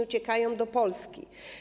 Uciekają do Polski.